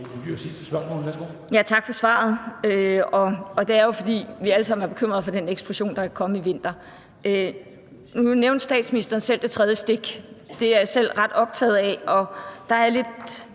Tak for svaret. Det er jo, fordi vi alle sammen er bekymret for den eksplosion, der er kommet i vinter. Nu nævnte statsministeren selv det tredje stik. Det er jeg selv ret optaget af, og der er jeg lidt